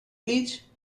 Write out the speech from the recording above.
please